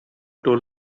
told